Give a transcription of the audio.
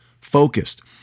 focused